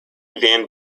van